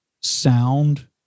sound